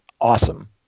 awesome